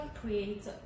create